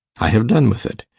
i have done with it.